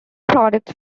products